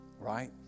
right